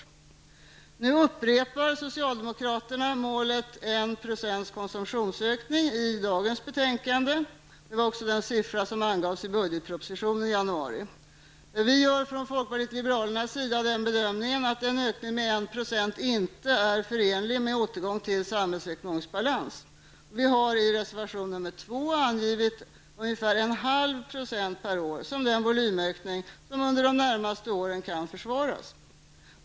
I dagens betänkande upprepar socialdemokraterna målet en procents konsumtionsökning, vilket också var den siffra som angavs i budgetpropositionen i januari. Vi i folkpartiet liberalerna gör den bedömningen att en ökning med 1 % per år inte är förenlig med återgång till samhällsekonomisk balans. Vi har i reservation 2 angivit ca 0,5 % per år som den volymökning som under de närmaste åren kan försvaras.